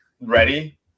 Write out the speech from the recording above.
ready